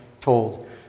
told